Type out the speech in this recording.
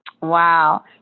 Wow